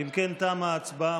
אם כן, תמה ההצבעה.